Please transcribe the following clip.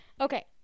okay